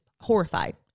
horrified